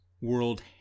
world